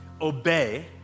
obey